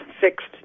fixed